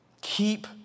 Keep